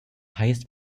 highest